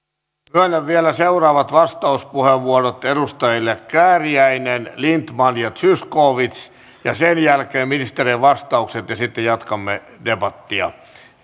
myönnän vielä seuraavat vastauspuheenvuorot edustajille kääriäinen lindtman ja zyskowicz sen jälkeen ministerien vastaukset ja sitten jatkamme debattia